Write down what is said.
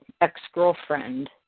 ex-girlfriend